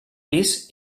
pis